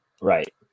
Right